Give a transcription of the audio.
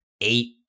eight